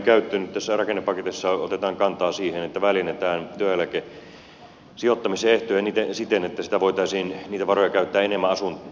nyt tässä rakennepaketissa otetaan kantaa siihen että väljennetään työeläkesijoittamisen ehtoja siten että niitä varoja voitaisiin käyttää enemmän asuinrakentamiseen